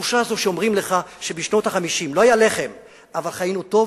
והתחושה הזאת שאומרים לך שבשנות ה-50 לא היה לחם אבל חיינו טוב,